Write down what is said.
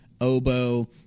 oboe